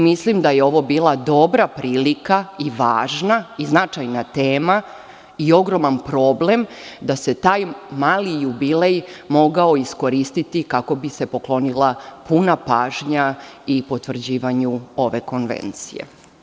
Mislim da je ovo bila dobra prilika, važna, značajna tema i ogroman problem i da se taj mali jubilej mogao iskoristiti kako bi se poklonila puna pažnja i potvrđivanju ove konvencije.